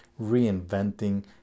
reinventing